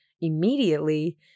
immediately